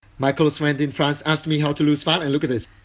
my close friend in france asked me how to lose fat and look at this.